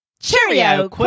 Cheerio